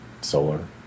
Solar